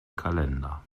kalender